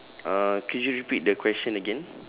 uh could you repeat the question again